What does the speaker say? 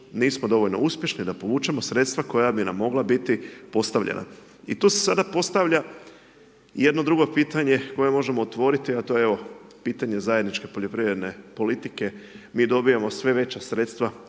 Nismo dovoljno uspješni da povučemo sredstva koja bi nam mogla biti postavljena. I tu se sada postavlja jedno drugo pitanje, koje možemo otvoriti, a to je evo, pitanje zajedničke poljoprivredne politike. Mi dobijemo sve veća sredstva